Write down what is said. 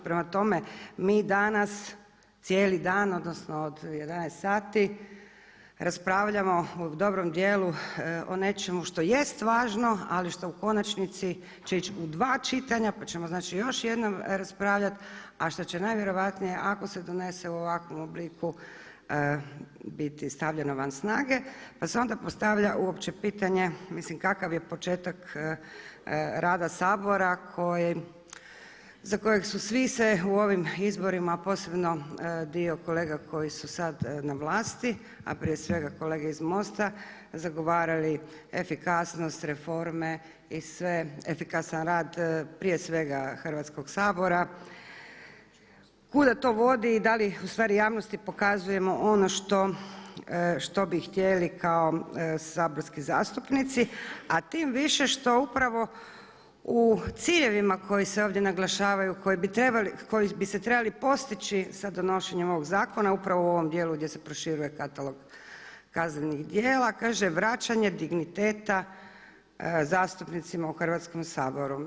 Prema tome, mi danas cijeli dan, odnosno od 11 sati raspravljamo u dobrom dijelu o nečemu što jest važno ali što u konačnici će ići u dva čitanja pa ćemo znači još jednom raspravljati a što će najvjerojatnije ako se donese u ovakvom obliku biti stavljeno van snage pa se onda postavlja uopće pitanje mislim kakav je početak rada Sabora koji, za kojeg su svi se u ovim izborima a posebno dio kolega koji su sada na vlasti a prije svega kolege iz MOST-a zagovarali efikasnost, reforme i sve, efikasan rad prije svega Hrvatskog sabora, kuda to vodi i da li ustvari javnosti pokazujemo ono što bi htjeli kao saborski zastupnici a tim više što upravo u ciljevima koji se ovdje naglašavaju koji bi se trebali postići sa donošenjem ovoga zakona upravo u ovom dijelu gdje se proširuje katalog kaznenih djela, kaže vraćanje digniteta zastupnicima u Hrvatskom saboru.